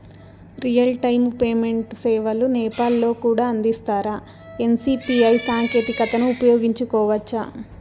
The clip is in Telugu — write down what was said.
రియల్ టైము పేమెంట్ సేవలు నేపాల్ లో కూడా అందిస్తారా? ఎన్.సి.పి.ఐ సాంకేతికతను ఉపయోగించుకోవచ్చా కోవచ్చా?